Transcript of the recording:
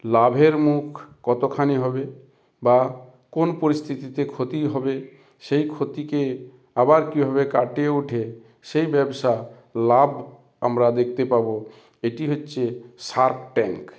লাভের মুখ কতোখানি হবে বা কোন পরিস্থিতিতে ক্ষতি হবে সেই ক্ষতিকে আবার কীভাবে কাটিয়ে উঠে সেই ব্যবসা লাভ আমরা দেখতে পাবো এটি হচ্চে সার্ক ট্যাঙ্ক